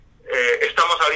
Estamos